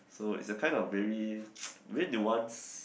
so it's a kind of very very nuance